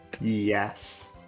Yes